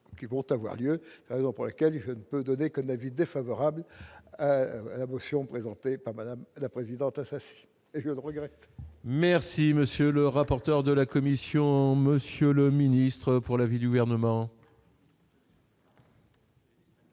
qui vont avoir lieu, non pour lequel je ne peux donner que l'avis défavorable à la motion présentée par Madame la Présidente, assassiné et je le regrette. Merci, monsieur le rapporteur de la commission, monsieur le ministre pour l'avis du gouvernement.